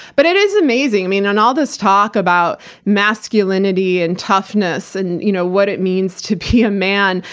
but it is amazing, i mean, and all this talk about masculinity, and toughness, and you know what it means to be a man.